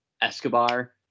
Escobar